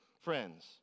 friends